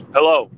Hello